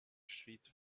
schritt